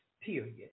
period